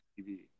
TV